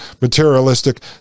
materialistic